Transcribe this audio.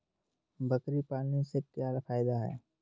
बकरी पालने से क्या फायदा है?